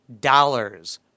dollars